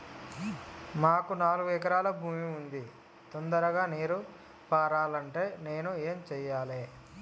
మాకు నాలుగు ఎకరాల భూమి ఉంది, తొందరగా నీరు పారాలంటే నేను ఏం చెయ్యాలే?